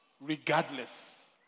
regardless